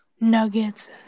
Nuggets